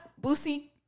Boosie